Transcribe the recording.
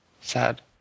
sad